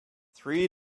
three